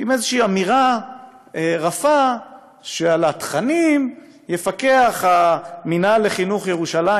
עם איזושהי אמירה רפה שעל התכנים יפקח המינהל לחינוך ירושלים,